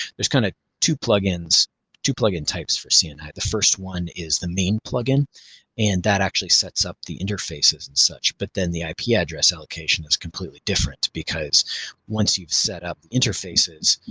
there's kind of two plugin so two plugin types for cni. and the first one is the main plugin and that actually sets up the interfaces and such but then the ip yeah address allocation is completely different because once you've set up interfaces,